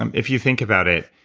um if you think about it,